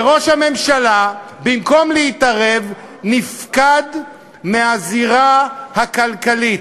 וראש הממשלה, במקום להתערב, נפקד מהזירה הכלכלית.